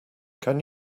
can